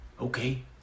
Okay